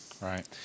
Right